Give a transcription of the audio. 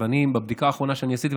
ובבדיקה האחרונה שאני עשיתי,